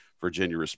Virginia